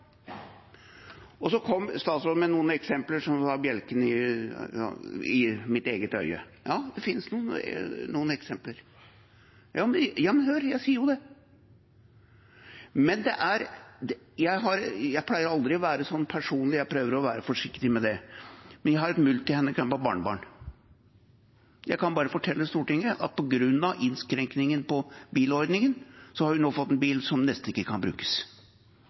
Statsråden kom med noen eksempler som var bjelken i mitt eget øye. Ja, det finnes noen eksempler – ja, hør, det er det jeg sier. Jeg pleier aldri å være personlig, jeg prøver å være forsiktig med det, men jeg har et multihandikappet barnebarn. Jeg kan bare fortelle Stortinget at på grunn av innskrenkningen i bilordningen har hun nå fått en bil som nesten ikke kan brukes